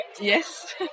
Yes